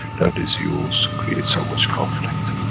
that is used to create so much conflict,